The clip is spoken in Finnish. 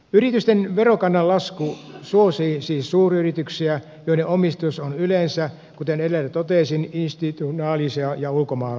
yritysten verokannan lasku suosii siis suuryrityksiä joiden omistus on yleensä kuten edellä totesin institutionaalista ja ulkomaista